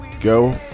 Go